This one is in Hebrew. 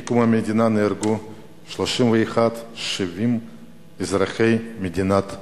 מקום המדינה נהרגו 31,070 אזרחי מדינת ישראל.